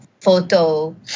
photo